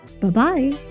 Bye-bye